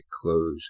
close